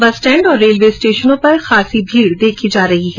बस स्टेण्ड और रेलवे स्टेशनों पर खासी भीड देखी जा रही है